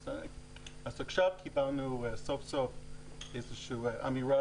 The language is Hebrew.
אז עכשיו קיבלנו סוף סוף איזושהי אמירה